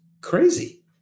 crazy